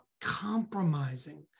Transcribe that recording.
compromising